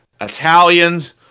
Italians